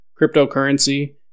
Cryptocurrency